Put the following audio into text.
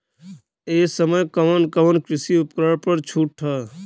ए समय कवन कवन कृषि उपकरण पर छूट ह?